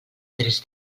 tres